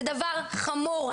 זה דבר חמור,